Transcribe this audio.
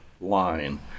line